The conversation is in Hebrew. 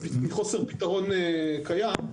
מחוסר פתרון קיים.